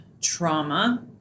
trauma